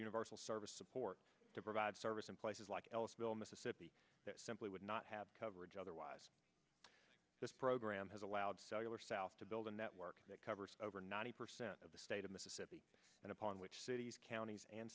universal service support to provide service in places like ellisville mississippi simply would not have coverage otherwise this program has allowed cellular south to build a network that covers over ninety percent of the state of mississippi and upon which cities counties and